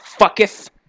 fucketh